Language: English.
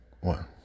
One